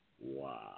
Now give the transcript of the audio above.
Wow